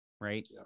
Right